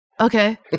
Okay